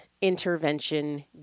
intervention